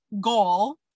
goal